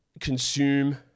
consume